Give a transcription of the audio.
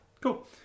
cool